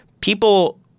People